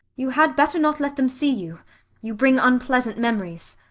you had better not let them see you you bring unpleasant memories.